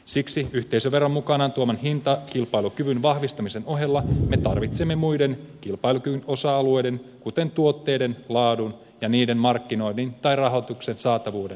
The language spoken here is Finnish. siksi yhteisöveron mukanaan tuoman hintakilpailukyvyn vahvistamisen ohella me tarvitsemme muiden kilpailukyvyn osa alueiden kuten tuotteiden laadun ja niiden markkinoinnin tai rahoituksen saatavuuden vahvistamista